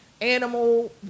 animal